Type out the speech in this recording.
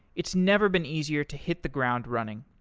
it's never been easier to hit the ground running.